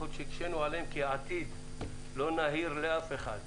יכול להיות שהקשינו עליהם כי העתיד הכלכלי לא נהיר לאף אחד,